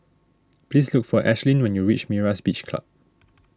please look for Ashlyn when you reach Myra's Beach Club